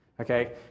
Okay